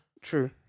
True